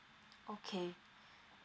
okay